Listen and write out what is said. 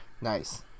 Nice